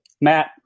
Matt